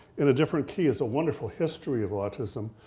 in a different key, is a wonderful history of autism.